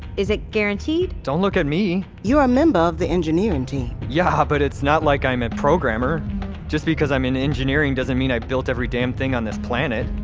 is it guaranteed? don't look at me you're a member of the engineering team yeah, but it's not like i'm a programmer just because i'm in engineering, doesn't mean i built every damn thing on this planet.